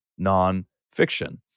nonfiction